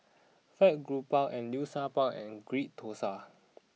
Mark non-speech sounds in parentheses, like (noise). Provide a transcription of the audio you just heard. Fried Garoupa and Liu Sha Bao and Ghee Thosai (noise)